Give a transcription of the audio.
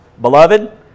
Beloved